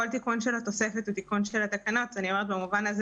כל תיקון של התוספת הוא תיקון של התקנות ובמובן הזה